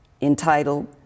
entitled